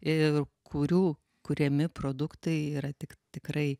ir kurių kuriami produktai yra tik tikrai